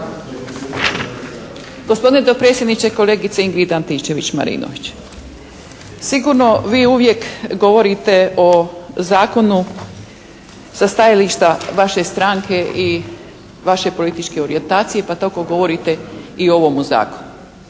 Gospodine dopredsjedniče! Kolegice Ingrid Antičević-Marinović, sigurno vi uvijek govorite o zakonu sa stajališta vaše stranke i vaše političke orijentacije, pa tako govorite i o ovomu zakonu.